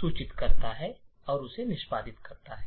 चुनता है और इसे निष्पादित करता है